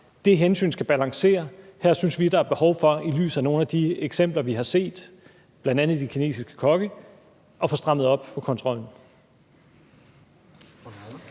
De hensyn skal balancere. Her synes vi, at der i lyset af nogle af de eksempler, vi har set med bl.a. de kinesiske kokke, er behov for at få strammet op på kontrollen.